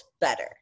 better